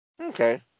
Okay